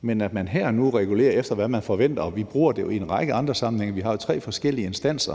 men her og nu regulere efter, hvad man forventer. Og vi bruger det jo i en række andre sammenhænge. Vi har jo tre forskellige instanser,